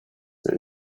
the